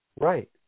Right